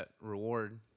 reward